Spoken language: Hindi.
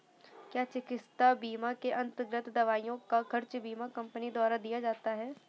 क्या चिकित्सा बीमा के अन्तर्गत दवाइयों का खर्च बीमा कंपनियों द्वारा दिया जाता है?